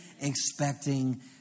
expecting